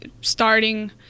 starting